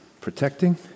Protecting